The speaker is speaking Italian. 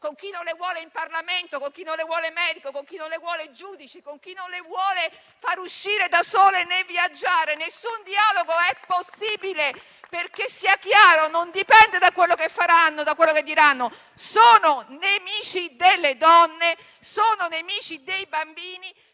con chi non le vuole in Parlamento, con chi non le vuole medico o giudice, né le vuole far uscire da sole o viaggiare. Nessun dialogo è possibile perché, sia chiaro, non dipende da quello che faranno e da quello che diranno: sono nemici delle donne, sono nemici dei bambini,